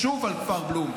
שוב על כפר בלום,